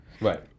Right